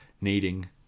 needing